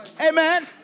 Amen